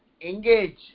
engage